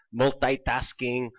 multitasking